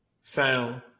sound